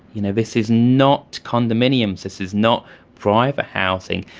you know this is not condominiums, this is not private housing.